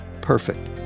perfect